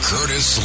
Curtis